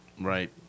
Right